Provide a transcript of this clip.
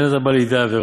ואין אתה בא לידי עבירה.